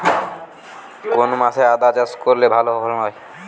কোন মাসে আদা চাষ করলে ভালো ফলন হয়?